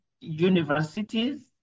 universities